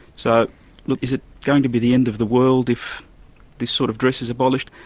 so look, is it going to be the end of the world if this sort of dress is abolished?